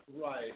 right